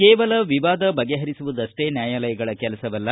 ಕೇವಲ ವಿವಾದ ಬಗೆಹರಿಸುವುದಷ್ಟೇ ನ್ಯಾಯಾಲಯಗಳ ಕೆಲಸವಲ್ಲ